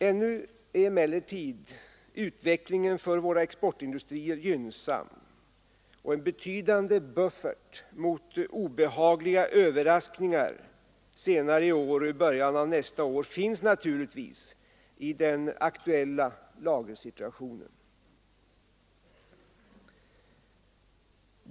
Ännu är emellertid utvecklingen för våra exportindustrier gynnsam, och en betydande buffert mot obehagliga överraskningar senare i år och i början av nästa år finns naturligtvis i den aktuella lagersituationen.